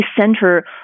center